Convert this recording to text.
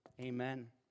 amen